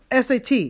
SAT